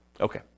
Okay